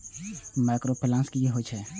Micro finance कि होई छै?